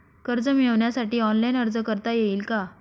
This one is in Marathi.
कर्ज मिळविण्यासाठी ऑनलाइन अर्ज करता येईल का?